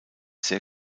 sehr